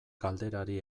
galderari